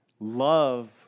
love